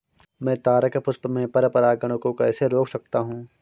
मैं तारक पुष्प में पर परागण को कैसे रोक सकता हूँ?